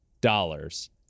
dollars